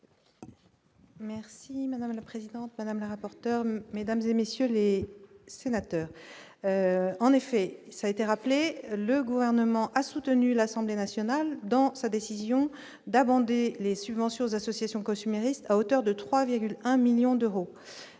Merci madame la présidente, madame rapporteur mesdames et messieurs les sénateurs, en effet, ça été rappelé le gouvernement. à soutenu l'Assemblée nationale dans sa décision d'abandonner les subventions aux associations consuméristes à hauteur de 3,1 millions d'euros